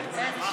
בפסק הדין.